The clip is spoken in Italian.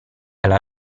alla